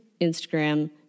Instagram